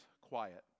quiet